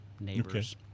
neighbors